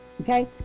Okay